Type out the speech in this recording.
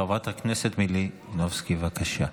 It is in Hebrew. חברת הכנסת מלינובסקי, בבקשה.